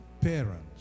parents